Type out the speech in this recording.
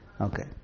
Okay